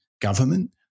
government